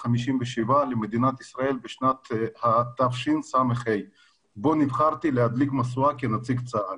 ה-57 למדינת ישראל בשנת התשס"ה בו נבחרתי להדליק משואה כנציג צה"ל.